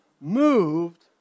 Moved